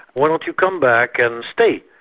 why don't you come back and stay?